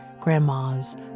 grandma's